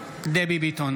(קורא בשמות חברי הכנסת) דבי ביטון,